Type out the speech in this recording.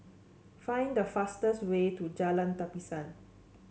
find the fastest way to Jalan Tapisan